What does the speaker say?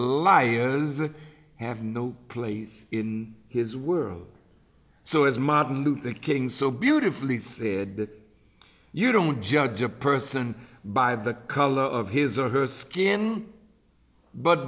does have no place in his world so as martin luther king so beautifully said that you don't judge a person by the color of his or her skin but